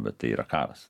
bet tai yra karas